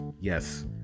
Yes